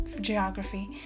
geography